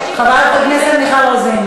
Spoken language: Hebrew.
תודה רבה לחבר הכנסת משה פייגלין.